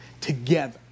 together